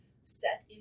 set